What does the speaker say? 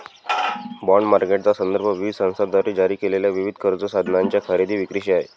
bond मार्केटचा संदर्भ विविध संस्थांद्वारे जारी केलेल्या विविध कर्ज साधनांच्या खरेदी विक्रीशी आहे